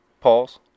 pause